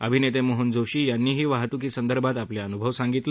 अभिनेते मोहन जोशी यांनीही वाहतुकीसंदर्भात आपले अनुभव सांगितले